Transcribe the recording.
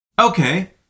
Okay